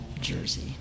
jersey